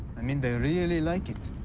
i mean, they really like it.